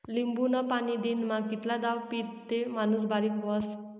लिंबूनं पाणी दिनमा कितला दाव पीदं ते माणूस बारीक व्हस?